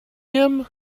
him